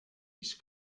ich